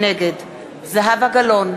נגד זהבה גלאון,